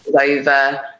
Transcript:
over